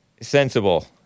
sensible